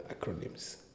acronyms